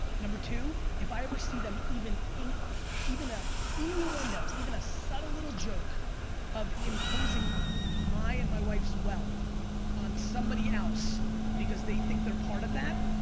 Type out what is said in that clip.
number two, if i ever see them even inkling even a innuendo, even a subtle little joke of imposing my and my wife's wealth on somebody else because they think they're part of that,